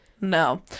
No